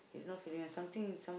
he is not feeling well something some~